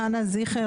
חנה זיכל,